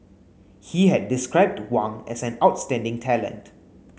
he had described Wang as an outstanding talent